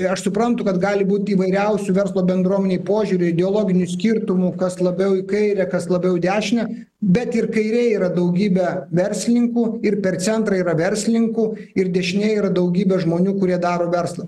tai aš suprantu kad gali būt įvairiausių verslo bendruomenei požiūrių ideologinių skirtumų kas labiau į kairę kas labiau į dešinę bet ir kairėj yra daugybė verslininkų ir per centrą yra verslininkų ir dešinėj yra daugybė žmonių kurie daro verslą